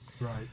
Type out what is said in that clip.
right